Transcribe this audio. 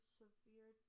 severe